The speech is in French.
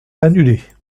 annulée